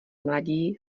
mladí